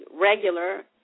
regular